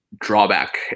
drawback